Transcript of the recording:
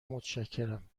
متشکرم